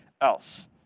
else